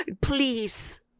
Please